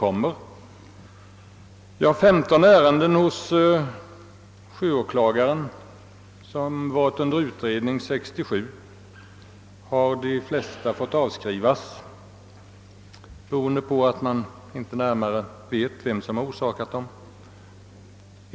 Ja, av 15 ärenden hos sjöåklagaren vid sjöfartsstyrelsen som varit under utredning år 1967 har de flesta fått avskrivas, beroende på att man inte närmare vet vem som orsakat skadorna.